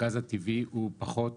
הגז הטבעי הוא פחות